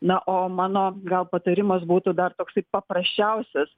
na o mano gal patarimas būtų dar toksai paprasčiausias